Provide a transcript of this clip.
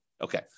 Okay